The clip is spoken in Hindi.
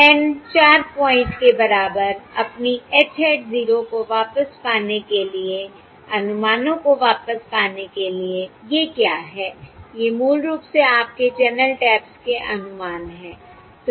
N 4 प्वाइंट के बराबर अपनी H hat 0 को वापस पाने के लिए अनुमानों को वापस पाने के लिए ये क्या हैं ये मूल रूप से आपके चैनल टैप्स के अनुमान हैं